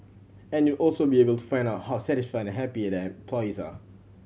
and you'd also be able to find out how satisfied and happy the employees are